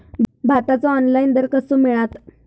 भाताचो ऑनलाइन दर कसो मिळात?